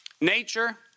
Nature